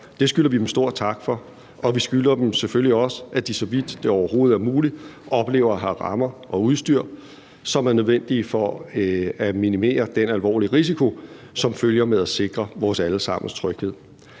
Det skylder vi dem stor tak for, og vi skylder dem selvfølgelig også, at de, så vidt det overhovedet er muligt, oplever at have de rammer og det udstyr, som er nødvendigt for at minimere den alvorlige risiko, som følger med at sikre vores alle sammens tryghed.